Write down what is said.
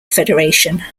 federation